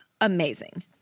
Amazing